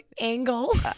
angle